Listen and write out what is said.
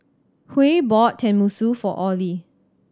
Huey bought Tenmusu for Orley